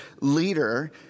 leader